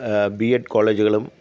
B Ed കോളേജുകളും